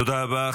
תודה רבה.